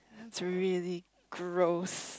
it's really gross